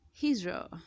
Israel